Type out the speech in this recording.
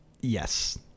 Yes